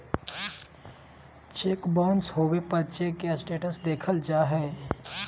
cheque bounce होबे पर cheque के स्टेटस देखल जा हइ